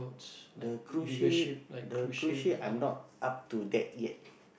the cruise ship the cruise ship I'm not up to that yet